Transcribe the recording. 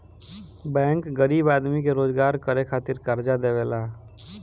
bank गरीब आदमी के रोजगार करे खातिर कर्जा देवेला